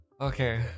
Okay